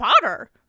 Potter